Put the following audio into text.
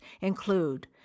include